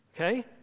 Okay